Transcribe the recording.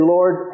Lord